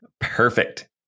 Perfect